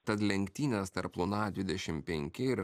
tad lenktynės tarp luna dvidešim penki ir